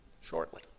Shortly